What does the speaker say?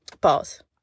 pause